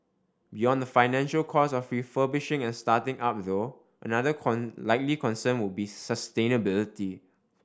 beyond the financial costs of refurbishing and starting up though another likely concern will be sustainability